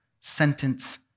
sentence